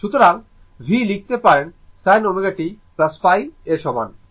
সুতরাং Vm লিখতে পারেন sin ω t এর সমান